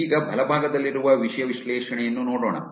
ಈಗ ಬಲಭಾಗದಲ್ಲಿರುವ ವಿಷಯ ವಿಶ್ಲೇಷಣೆಯನ್ನು ನೋಡೋಣ